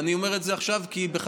ואני אומר את זה עכשיו כי בחשיבה